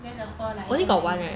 then the fur like 越来越